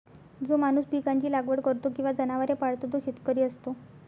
जो माणूस पिकांची लागवड करतो किंवा जनावरे पाळतो तो शेतकरी असतो